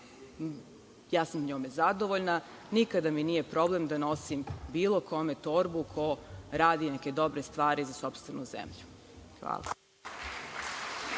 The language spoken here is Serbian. ja sam njome zadovoljna. Nikada mi nije problem da nosim bilo kome torbu ko radi neke dobre stvari za sopstvenu zemlju. Hvala.